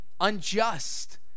unjust